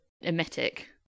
emetic